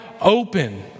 open